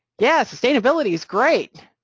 yes, sustainability is great,